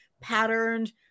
patterned